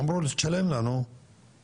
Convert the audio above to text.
אמרו לו תשלם לנו אגרה.